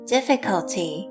Difficulty